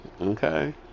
Okay